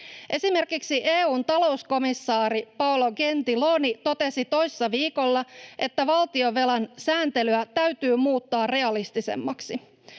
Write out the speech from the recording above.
Esimerkiksi EU:n talouskomissaari Paolo Gentiloni totesi toissa viikolla, että valtionvelan sääntelyä täytyy muuttaa realistisemmaksi.